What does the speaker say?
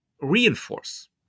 reinforce